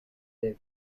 their